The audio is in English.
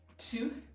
two,